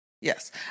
yes